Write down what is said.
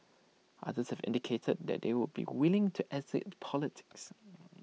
others have indicated that they would be willing to exit politics